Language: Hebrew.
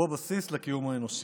הוא הבסיס לקיום האנושי.